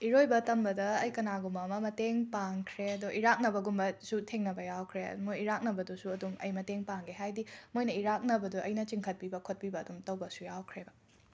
ꯏꯔꯣꯏꯕ ꯇꯝꯕꯗ ꯑꯩ ꯀꯅꯥꯒꯨꯝꯕ ꯑꯃ ꯃꯇꯦꯡ ꯄꯥꯡꯈ꯭ꯔꯦ ꯑꯗꯣ ꯏꯔꯥꯛꯅꯕꯒꯨꯝꯕꯁꯨ ꯊꯦꯡꯅꯕ ꯌꯥꯎꯈ꯭ꯔꯦ ꯃꯣꯏ ꯏꯔꯥꯛꯅꯕꯗꯨꯁꯨ ꯑꯗꯨꯝ ꯑꯩ ꯃꯇꯦꯡ ꯄꯥꯡꯒꯦ ꯍꯥꯏꯗꯤ ꯃꯣꯏꯅ ꯏꯔꯥꯛꯅꯕꯗꯨ ꯑꯩꯅ ꯆꯤꯡꯈꯠꯄꯤꯕ ꯈꯣꯠꯄꯤꯕ ꯑꯗꯨꯝ ꯇꯧꯕꯁꯨ ꯌꯥꯎꯈ꯭ꯔꯦꯕ